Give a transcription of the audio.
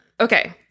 Okay